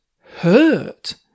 hurt